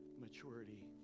maturity